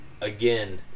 Again